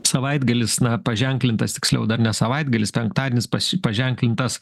savaitgalis na paženklintas tiksliau dar ne savaitgalis penktadienis pas paženklintas